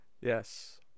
Yes